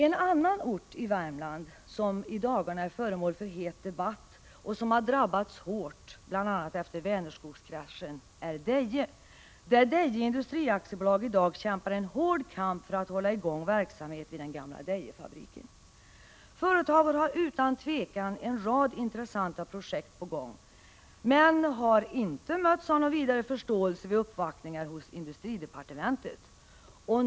En annan ort i Värmland som i dagarna är föremål för het debatt och som har drabbats hårt, bl.a. efter Vänerskogskraschen, är Deje, där Deje Industri AB i dag kämpar en hård kamp för att hålla i gång verksamhet vid den gamla Dejefabriken. Företaget har utan tvivel en rad intressanta projekt på gång men har inte mötts av någon vidare förståelse vid uppvaktningar hos industridepartementet.